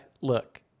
look